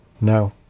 No